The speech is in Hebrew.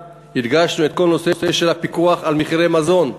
הדגשנו את כל הנושא של הפיקוח על מחירי המזון,